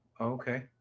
Okay